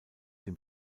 dem